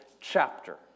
chapter